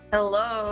Hello